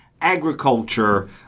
agriculture